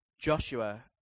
Joshua